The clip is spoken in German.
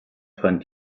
fand